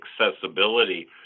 accessibility